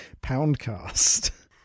poundcast